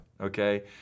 okay